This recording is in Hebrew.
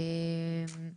אני